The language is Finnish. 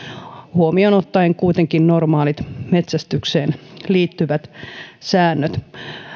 huomioon ottaen kuitenkin normaalit metsästykseen liittyvät säännöt